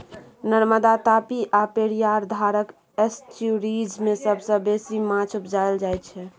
नर्मदा, तापी आ पेरियार धारक एस्च्युरीज मे सबसँ बेसी माछ उपजाएल जाइ छै